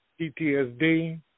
PTSD